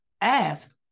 ask